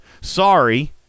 Sorry